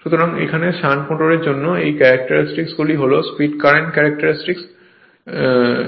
সুতরাং এখানে শান্ট মোটরের জন্য এই ক্যারেক্টারিস্টিক গুলি হল স্পিড কারেন্ট ক্যারেক্টারিস্টিক হয়